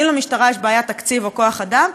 אם למשטרה יש בעיית תקציב או כוח-אדם,